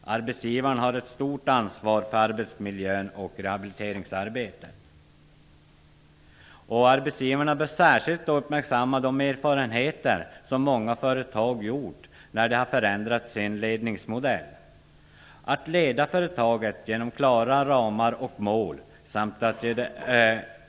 Arbetsgivarna har ett stort ansvar för arbetsmiljön och rehabiliteringsarbetet. Arbetsgivarna bör särskilt uppmärksamma de erfarenheter som många företag gjort när de har förändrat sin ledningsmodell, att leda företaget genom klara ramar och mål samt ge